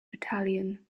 battalion